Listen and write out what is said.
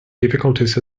difficulties